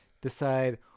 decide